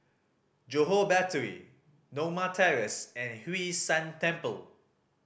Johore Battery Norma Terrace and Hwee San Temple